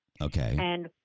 Okay